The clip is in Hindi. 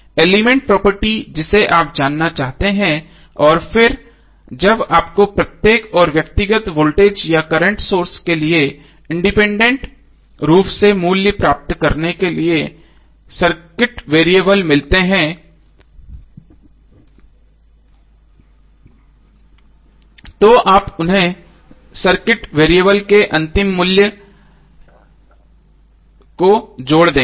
एलिमेंट प्रॉपर्टी जिसे आप जानना चाहते हैं और फिर जब आपको प्रत्येक और व्यक्तिगत वोल्टेज या करंट सोर्स के लिए इंडिपेंडेंट रूप से मूल्य प्राप्त करने के लिए सर्किट वेरिएबल मिलते हैं तो आप उन्हें सर्किट वेरिएबल के अंतिम मूल्य को जोड़ देंगे